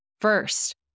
first